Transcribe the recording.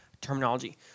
terminology